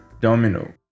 Domino